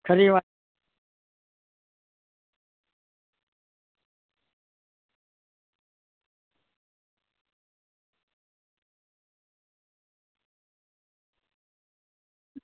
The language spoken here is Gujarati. ખરી વા